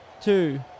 two